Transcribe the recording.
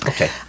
Okay